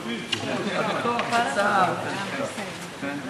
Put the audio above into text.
כל כך הרבה זמן מחכים לנאום הראשון,